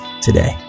today